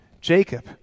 Jacob